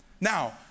Now